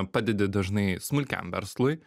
padedi dažnai smulkiam verslui